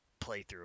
playthrough